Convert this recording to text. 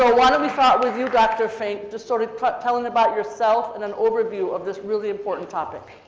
so why don't we start with you, dr. fink, just sort of telling about yourself in an overview of this really important topic.